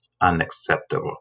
unacceptable